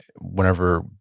whenever